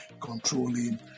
controlling